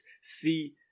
see